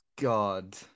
god